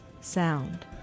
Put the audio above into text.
sound